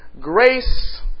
Grace